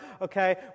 Okay